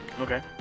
Okay